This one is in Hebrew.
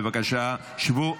בבקשה, שבו.